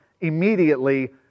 immediately